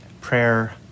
Prayer